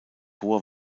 hoher